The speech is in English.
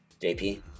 JP